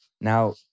now